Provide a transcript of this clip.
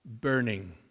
burning